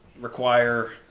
require